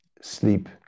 sleep